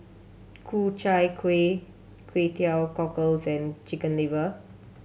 Ku Chai Kueh Kway Teow Cockles and Chicken Liver